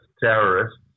terrorists